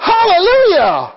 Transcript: Hallelujah